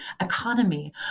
economy